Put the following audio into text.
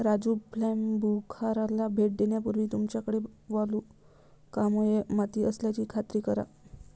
राजू प्लंबूखाराला भेट देण्यापूर्वी तुमच्याकडे वालुकामय माती असल्याची खात्री करा